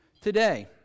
today